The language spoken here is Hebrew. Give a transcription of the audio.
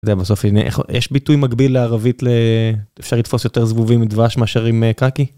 זה בסוף הנה איך יש ביטוי מקביל לערבית לאפשר לתפוס יותר זבובים עם דבש מאשר עם קקי.